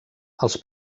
els